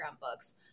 books